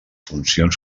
funcions